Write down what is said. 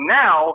now